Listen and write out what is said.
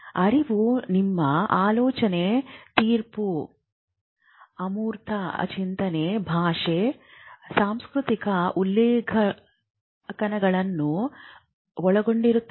ಅರಿವು ನಿಮ್ಮ ಆಲೋಚನೆ ತೀರ್ಪು ಅಮೂರ್ತ ಚಿಂತನೆ ಭಾಷೆ ಸಾಂಸ್ಕೃತಿಕ ಉಲ್ಲೇಖಗಳನ್ನು ಒಳಗೊಂಡಿರುತ್ತದೆ